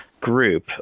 group